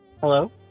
Hello